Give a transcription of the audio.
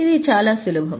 ఇది చాలా సులభం